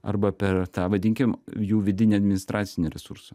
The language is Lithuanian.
arba per tą vadinkim jų vidinį administracinį resursą